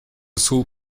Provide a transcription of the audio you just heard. sul